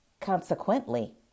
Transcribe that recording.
Consequently